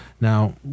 Now